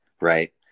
right